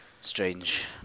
strange